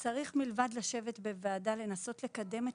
ומלבד לשבת בוועדה צריך לנסות לקדם את